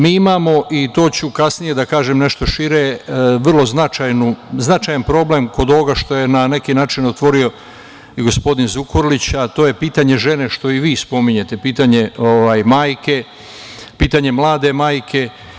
Mi imamo, to ću kasnije da kažem nešto šire, vrlo značajan problem kod ovoga što je, na neki način otvorio i gospodin Zukorlić, a to je pitanje žene, što i vi spominjete, pitanje majke, pitanje mlade majke.